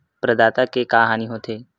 प्रदाता के का हानि हो थे?